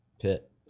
pit